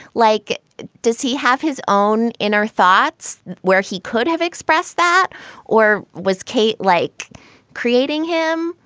like does he have his own inner thoughts where he could have expressed that or was kate like creating him.